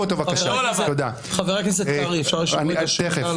בבקשה את חבר הכנסת רון כץ.